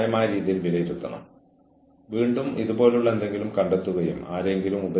ന്യായമായ അന്വേഷണം നടത്തേണ്ടതുണ്ട് അന്വേഷണം നിഷ്പക്ഷമായിരിക്കണം അത് ജീവനക്കാരന് അനുകൂലമോ പ്രതികൂലമോ ആകരുത്